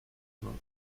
know